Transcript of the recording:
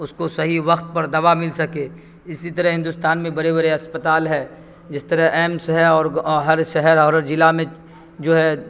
اس کو صحیح وقت پر دوا مل سکے اسی طرح ہندوستان میں بڑے بڑے اسپتال ہے جس طرح ایمس ہے اور ہر شہر اور ہر ضلع میں جو ہے